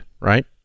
right